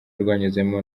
rwanyuzemo